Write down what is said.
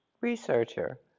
researcher